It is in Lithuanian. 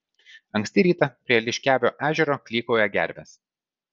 anksti rytą prie liškiavio ežero klykauja gervės